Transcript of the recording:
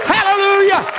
Hallelujah